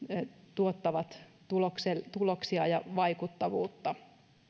tuottavat tuloksia tuloksia ja vaikuttavuutta